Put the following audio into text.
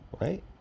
right